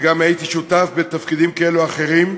וגם הייתי שותף בתפקידים כאלה ואחרים.